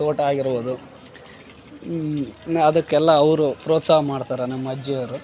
ತೋಟ ಆಗಿರ್ಬೌದು ನಾ ಅದಕೆಲ್ಲ ಅವರು ಪ್ರೋತ್ಸಹ ಮಾಡ್ತಾರ ನಮ್ಮ ಅಜ್ಜಿಯವರು